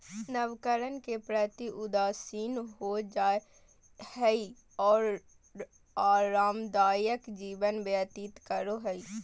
नवकरण के प्रति उदासीन हो जाय हइ और आरामदायक जीवन व्यतीत करो हइ